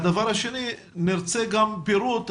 הדבר השני, נרצה גם פירוט.